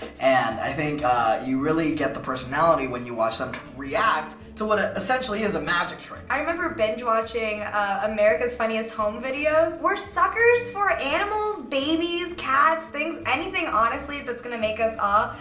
and i think you really get the personality when you watch them react to what ah essentially is a magic trick. i remember binge watching american's funniest home videos. we're suckers for animals, babies, cats, things, anything, honestly, that's gonna make us aww.